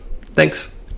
thanks